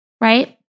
right